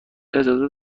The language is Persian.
اجازه